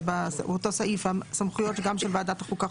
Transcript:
אז הסמכויות של ועדת החוקה,